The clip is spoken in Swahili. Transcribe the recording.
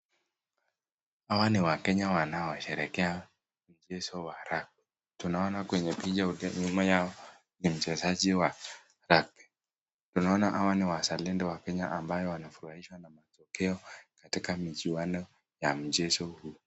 Hawa ni Wakenya wanaosherehekea mchezo wa rugby . Tunaona kwenye picha nyuma yao ni mchezaji wa rugby . Tunaona hawa ni wasa wa Kenya ambao wanafurahishwa na matokeo katika michuano ya mchezo huo.